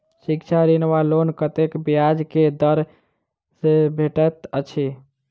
शिक्षा ऋण वा लोन कतेक ब्याज केँ दर सँ भेटैत अछि?